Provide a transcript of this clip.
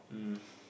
um